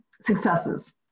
successes